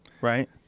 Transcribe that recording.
right